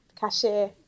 cashier